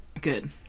Good